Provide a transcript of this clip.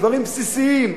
דברים בסיסיים,